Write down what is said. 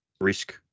risk